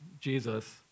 Jesus